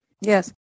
Yes